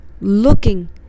looking